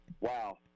wow